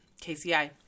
KCI